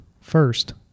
first